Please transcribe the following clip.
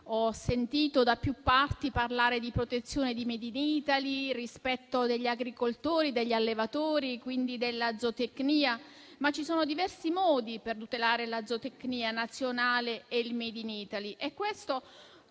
ho sentito da più parti parlare di protezione del *made in Italy*, rispetto degli agricoltori e degli allevatori, quindi della zootecnia. Ma ci sono diversi modi per tutelare la zootecnia nazionale e il *made in Italy*